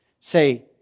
Say